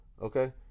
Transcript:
okay